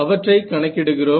அவற்றை கணக்கிடுகிறோம்